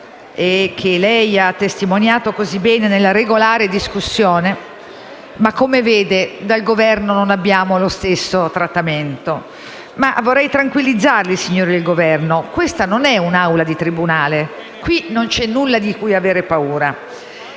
e che lei ha testimoniato così bene nella regolare discussione. Come vede però, dal Governo non abbiamo lo stesso trattamento. Vorrei tranquillizzare i signori del Governo: questa non è un'aula di tribunale. Qui non c'è nulla di cui avere paura.